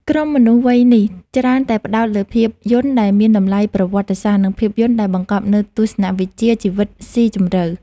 ក្រុមមនុស្សវ័យនេះ ច្រើនតែផ្ដោតលើភាពយន្តដែលមានតម្លៃប្រវត្តិសាស្ត្រ និងភាពយន្តដែលបង្កប់នូវទស្សនវិជ្ជាជីវិតស៊ីជម្រៅ។